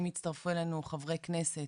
אם יצטרפו אלינו חברי כנסת,